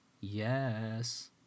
Yes